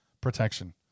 protection